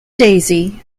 daisy